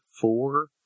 four